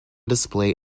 display